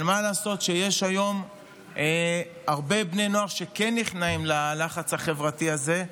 אבל מה לעשות שיש היום הרבה בני נוער שכן נכנעים ללחץ החברתי הזה.